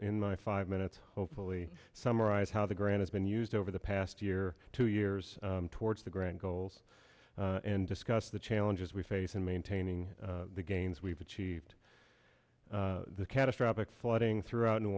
in my five minutes hopefully summarize how the granites been used over the past year two years towards the grand goals and discuss the challenges we face in maintaining the gains we've achieved the catastrophic flooding throughout new